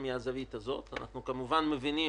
אנחנו רואים את